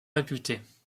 réputées